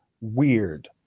weird